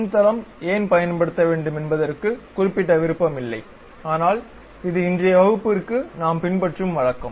முன் தளம் ஏன் பயன்படுத்த வேண்டும் என்பதற்கு குறிப்பிட்ட விருப்பம் இல்லை ஆனால் இது இன்றைய வகுப்பிற்கு நாம் பின்பற்றும் வழக்கம்